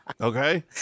Okay